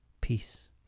Peace